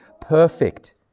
perfect